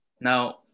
now